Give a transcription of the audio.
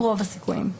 רוב הסיכויים.